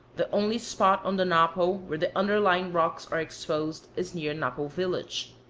the only spot on the napo where the underlying rocks are exposed is near napo village.